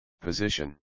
position